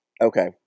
Okay